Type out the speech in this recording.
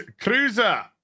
Cruiser